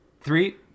three